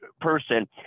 person